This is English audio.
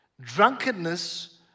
drunkenness